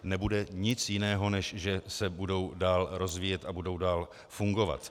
Nebude nic jiného, než že se budou dál rozvíjet a budou dál fungovat.